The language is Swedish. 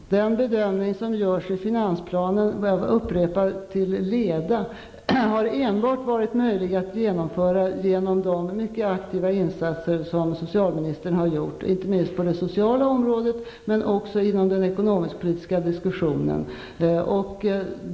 Herr talman! Den bedömning som görs i finansplanen -- jag har upprepat det till leda -- har enbart varit möjlig att genomföra genom de mycket aktiva insatser som socialministern har gjort, inte minst på det sociala området men också inom den ekonomisk-politiska diskussionen.